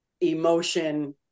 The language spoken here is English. emotion